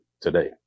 today